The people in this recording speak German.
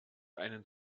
einen